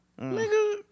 Nigga